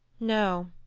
no,